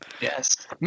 Yes